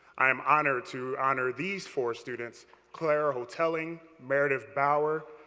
i am honored to honor these four students clara houghteling, meredith bower,